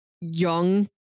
young